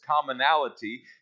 commonality